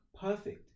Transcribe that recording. perfect